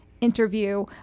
interview